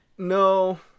No